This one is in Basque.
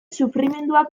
sufrimenduak